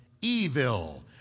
evil